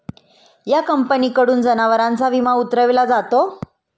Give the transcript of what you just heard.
या कंपनीकडून जनावरांचा विमा उतरविला जातो